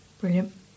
Brilliant